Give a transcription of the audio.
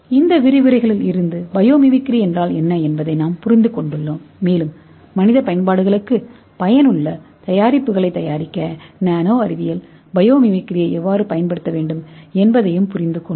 இந்த விரிவுரைகளிலிருந்து பயோமிமிக்ரி என்றால் என்ன என்பதை நாங்கள் புரிந்துகொண்டுள்ளோம் மேலும் மனித பயன்பாடுகளுக்கு பயனுள்ள தயாரிப்புகளை தயாரிக்க நானோ அறிவியல் பயோமிமிக்ரியை எவ்வாறு பயன்படுத்துகிறது என்பதையும் புரிந்துகொண்டோம்